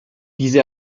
diese